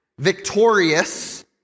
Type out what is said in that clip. victorious